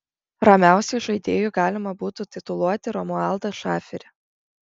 ramiausiu žaidėju galima būtų tituluoti romualdą šaferį